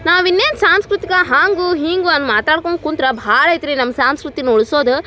ನಾವು ಇನ್ನೇನು ಸಾಂಸ್ಕೃತಿಕ ಹಂಗೇ ಹಿಂಗೇ ಅಂದ್ ಮಾತಾಡ್ಕೊಂಡ್ ಕುಂತ್ರೆ ಭಾಳ ಐತೆ ರೀ ನಮ್ಮ ಸಂಸ್ಕೃತಿನ ಉಳಿಸೋದು